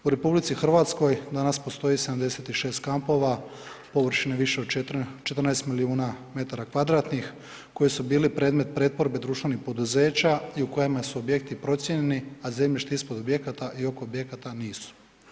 U RH danas postoji 76 kampova površine više od 14 milijuna m2 koji su bili predmet pretvorbe društvenih poduzeća i u kojima su objekti procijenjeni a zemljišta ispod objekata i oko objekata nisu.